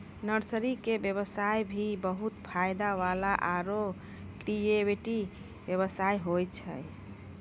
nursery के व्यवसाय भी बहुत फायदा वाला आरो क्रियेटिव व्यवसाय होय छै